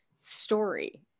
story